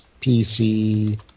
PC